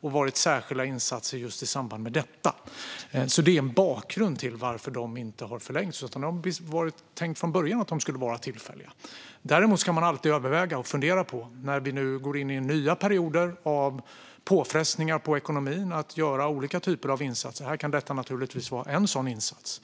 Det var särskilda insatser just i samband med detta. Det här är alltså en bakgrund till varför de inte har förlängts. Det var tänkt från början att de skulle vara tillfälliga. Men när vi nu går in i nya perioder av påfrestningar på ekonomin ska man alltid fundera på olika typer av insatser. Detta kan naturligtvis vara en sådan insats